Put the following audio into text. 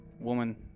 woman